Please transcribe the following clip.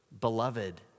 beloved